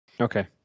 Okay